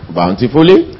bountifully